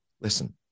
listen